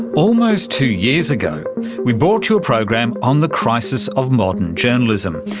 almost two years ago we brought you a program on the crisis of modern journalism.